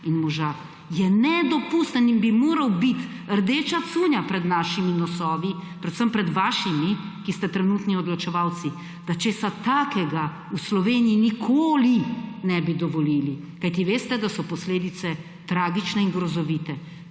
in moža, je nedopusten in bi moral biti rdeča cunja pred našimi nosovi, predvsem pred vašimi, ki ste trenutno odločevalci, da česar takega v Sloveniji nikoli ne bi dovolili. Kajti veste, da so posledice tragične in grozovite